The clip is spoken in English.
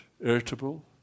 irritable